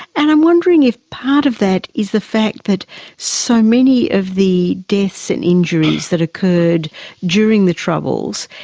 and i'm wondering if part of that is the fact that so many of the deaths and injuries that occurred during the troubles,